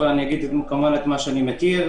אבל אומר מה שאני מכיר.